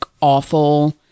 awful